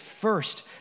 first